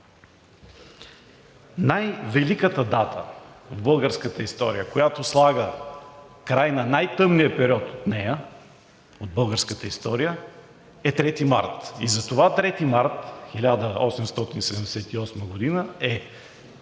най-великата дата в българската история, която слага край на най-тъмния период в българската история, е 3 март. Затова 3 март 1878 г. е